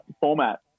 format